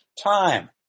time